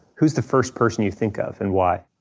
who is the first person you think of and why?